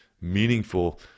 meaningful